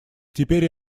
теперь